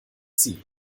sie